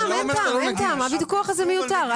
הוויכוח הזה מיותר.